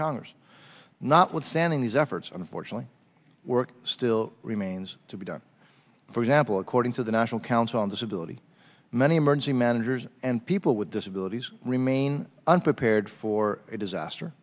congress not withstanding these efforts and unfortunately work still remains to be done for example according to the national council on disability many emergency managers and people with disabilities remain unprepared for a